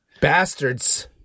bastards